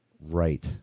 Right